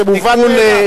זה מובן מאליו.